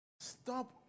Stop